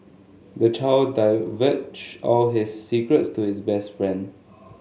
the child divulged all his secrets to his best friend